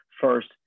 First